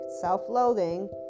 self-loathing